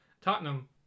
Tottenham